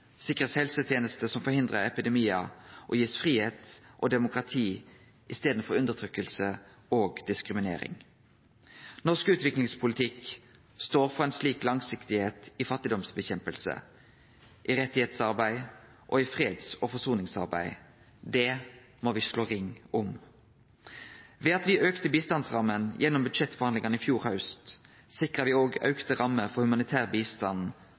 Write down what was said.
sikrast helsetenester som forhindrar epidemiar, og få fridom og demokrati i staden for undertrykking og diskriminering. Norsk utviklingspolitikk står for ei slik langsiktig linje i kampen mot fattigdom, i rettsarbeidet og i freds- og forsoningsarbeidet. Det må me slå ring om. Ved at me auka bistandsramma gjennom budsjettforhandlingane i fjor haust, sikra me også auka rammer for humanitær bistand